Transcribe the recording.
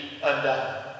undone